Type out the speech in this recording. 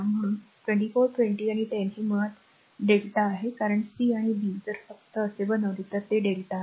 म्हणून 24 20 आणि 10 हे मुळात r Δ आहे कारण c आणि b जर फक्त असे बनवले तर ते Δ आहे